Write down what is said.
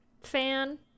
fan